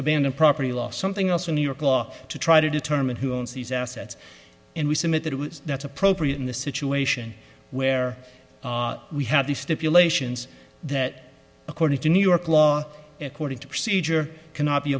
abandon property law something else in new york law to try to determine who owns these assets and we submit that that's appropriate in the situation where we have these stipulations that according to new york law according to procedure cannot be